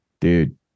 Dude